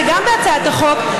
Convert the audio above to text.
זה גם בהצעת החוק,